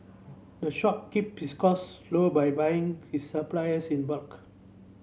the shop keeps its cost low by buying its supplies in bulk